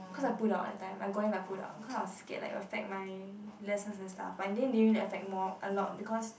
cause I pulled out that time I got in but I pulled out cause I was scared like it will affect my lessons and stuff but in the end didn't really affect more a lot because